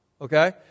Okay